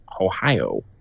Ohio